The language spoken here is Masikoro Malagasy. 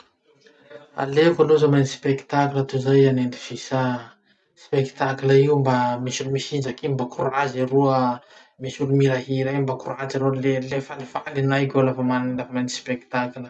Aleoko aloha zaho manenty spectacle tozay hanenty fisà. Spectaccle io mba misy olo mitsinjaky iny, mba korazy aloha, misy olo mihirahira iny, mba korazy ereo. Le le falifaly n'aiko lafa ma- lafa manenty spectacle.